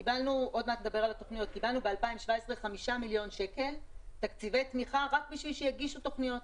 קיבלנו ב-2017 5 מיליון שקל תקציבי תמיכה רק בשביל שיגישו תוכניות.